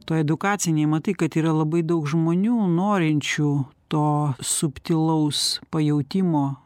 toj edukacinėj matai kad yra labai daug žmonių norinčių to subtilaus pajautimo